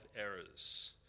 errors